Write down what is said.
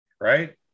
Right